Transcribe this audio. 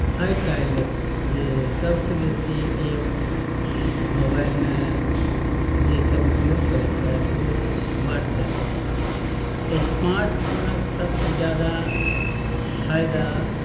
आइकाल्हि जे सभसँ बेसी ऐप मोबाइलमे जे सभ उपयोग करैत छथि ओ व्हाट्सऐप अछि स्मार्टफोनक सभसँ ज्यादा फायदा